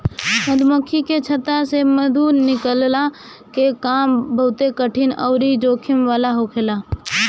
मधुमक्खी के छत्ता से मधु निकलला के काम बहुते कठिन अउरी जोखिम वाला होखेला